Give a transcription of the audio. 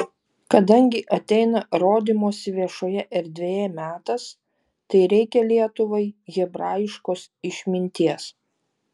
kadangi ateina rodymosi viešoje erdvėje metas tai reikia lietuvai hebrajiškos išminties